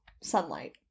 sunlight